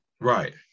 Right